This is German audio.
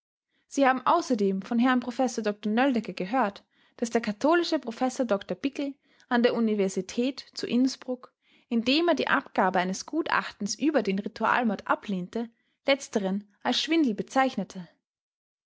sie haben außerdem von herrn professor dr nöldecke gehört daß der katholische professor dr bickel an der universität versität zu innsbruck indem er die abgabe eines gutachtens über den ritualmord ablehnte letzteren als schwindel bezeichnete